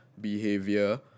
behavior